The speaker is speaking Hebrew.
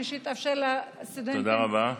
ושיתאפשר לסטודנטים, תודה רבה.